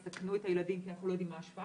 יסכנו את הילדים כי אנחנו לא יודעים מה ההשפעה,